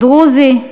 דרוזי,